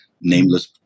Nameless